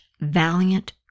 valiant